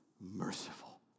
merciful